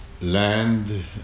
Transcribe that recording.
land